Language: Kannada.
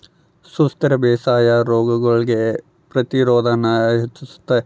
ಸುಸ್ಥಿರ ಬೇಸಾಯಾ ರೋಗಗುಳ್ಗೆ ಪ್ರತಿರೋಧಾನ ಹೆಚ್ಚಿಸ್ತತೆ